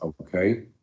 Okay